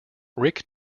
rick